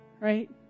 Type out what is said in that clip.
right